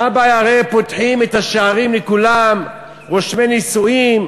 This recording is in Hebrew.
הרי פותחים את השערים לכולם, רושמי נישואין,